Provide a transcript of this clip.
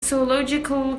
zoological